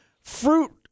fruit